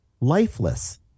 lifeless